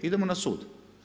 Idemo na sud.